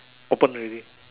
open already